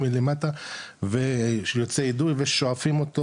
מלמטה ושיוצא אידוי ושואפים אותו,